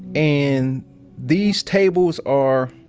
and these tables are,